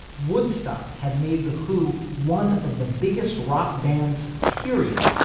woodstock had made the who one of the biggest rock bands period.